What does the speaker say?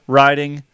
riding